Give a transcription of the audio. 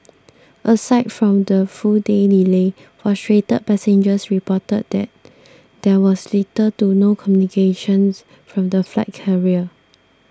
aside from the full day's delay frustrated passengers reported that there was little to no communications from the flight carrier